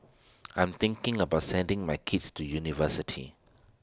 I'm thinking about sending my kids to university